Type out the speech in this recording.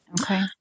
Okay